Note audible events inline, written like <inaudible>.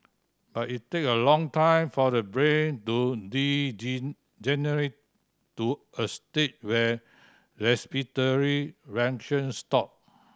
but it take a long time for the brain to <unintelligible> to a stage where respiratory <unintelligible> stop